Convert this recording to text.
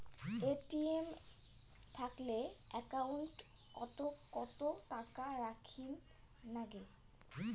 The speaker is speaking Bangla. এ.টি.এম থাকিলে একাউন্ট ওত কত টাকা রাখীর নাগে?